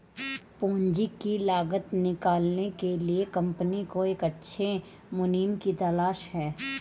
पूंजी की लागत निकालने के लिए कंपनी को एक अच्छे मुनीम की तलाश है